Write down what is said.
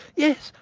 yes,